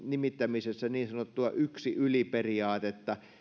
nimittämisessä niin sanottua yksi yli periaatetta